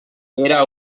era